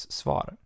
svar